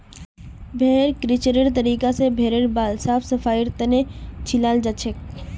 भेड़ क्रचिंगेर तरीका स भेड़ेर बाल साफ सफाईर तने छिलाल जाछेक